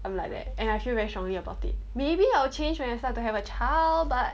I'm like that and I feel very strongly about it maybe I'll change when I start to have a child but